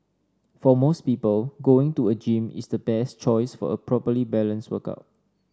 for most people going to a gym is the best choice for a properly balanced workout